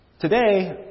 Today